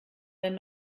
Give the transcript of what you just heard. wenn